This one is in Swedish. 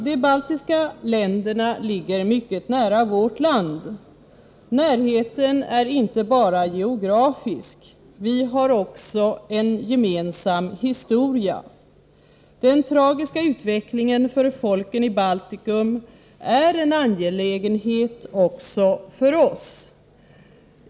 De baltiska länderna ligger mycket nära vårt land. Närheten är inte bara geografisk. Vi har också en gemensam historia. Den tragiska utvecklingen för folken i Baltikum är en angelägenhet också för oss.